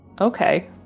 okay